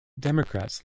democrats